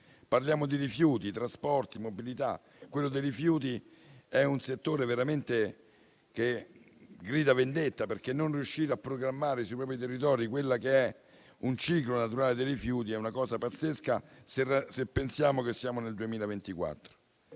Parliamo di rifiuti, di trasporti, di mobilità. Quello dei rifiuti è un settore che veramente grida vendetta, perché non riuscire a programmare sui propri territori un ciclo naturale dei rifiuti è una cosa pazzesca, se pensiamo che siamo nel 2024.